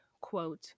quote